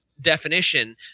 definition